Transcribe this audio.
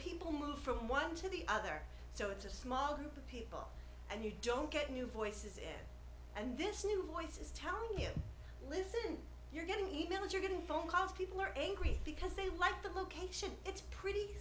people move from one to the other so it's a small group of people and you don't get new voices and this new voices telling you listen you're getting e mails you're getting phone calls people are angry because they want the location it's pretty